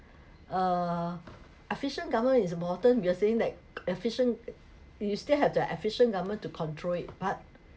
err efficient government is important you were saying that efficient you still have the efficient government to control it but